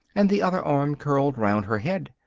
and the other arm curled round her head.